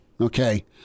okay